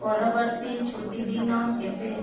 ପରବର୍ତ୍ତୀ ଛୁଟିଦିନ କେବେ